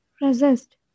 Resist